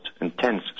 intense